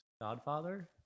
Godfather